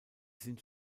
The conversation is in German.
sind